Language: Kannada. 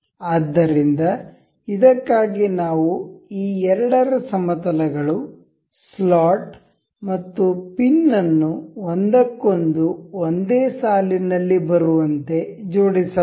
ಆದ್ದರಿಂದ ಇದಕ್ಕಾಗಿ ನಾವು ಈ ಎರಡರ ಸಮತಲಗಳು ಸ್ಲಾಟ್ ಮತ್ತು ಪಿನ್ ಅನ್ನು ಒಂದಕ್ಕೊಂದು ಒಂದೇ ಸಾಲಿನಲ್ಲಿ ಬರುವಂತೆ ಜೋಡಿಸಬಹುದು